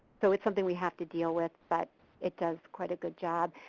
so its something we have to deal with, but it does quite a good job.